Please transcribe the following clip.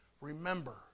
Remember